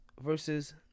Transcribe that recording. versus